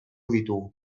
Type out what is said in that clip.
ditugu